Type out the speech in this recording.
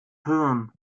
hirn